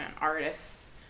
artist's